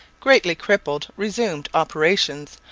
greatly crippled, resumed operations,